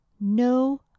No